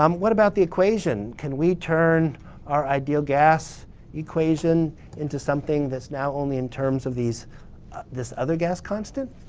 um what about the equation? can we turn our ideal gas equation into something that's now only in terms of these this other gas constant?